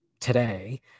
today